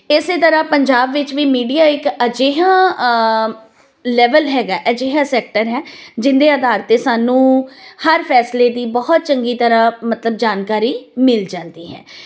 ਇਸ ਤਰ੍ਹਾਂ ਪੰਜਾਬ ਵਿੱਚ ਵੀ ਮੀਡੀਆ ਇੱਕ ਅਜਿਹਾ ਲੈਵਲ ਹੈਗਾ ਅਜਿਹਾ ਸੈਕਟਰ ਹੈ ਜਿਹਦੇ ਆਧਾਰ 'ਤੇ ਸਾਨੂੰ ਹਰ ਫੈਸਲੇ ਦੀ ਬਹੁਤ ਚੰਗੀ ਤਰ੍ਹਾਂ ਮਤਲਬ ਜਾਣਕਾਰੀ ਮਿਲ ਜਾਂਦੀ ਹੈ